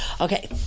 Okay